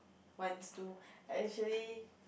wants to actually